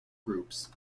groups